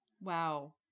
wow